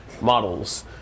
models